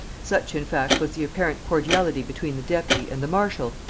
such in fact was the apparent cordiality between the deputy and the marshal,